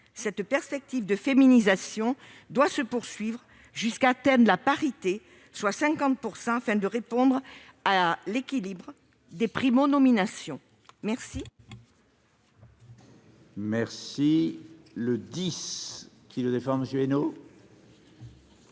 Cette perspective de féminisation doit se poursuivre, jusqu'à ce que la parité soit atteinte pour répondre à l'équilibre des primo-nominations.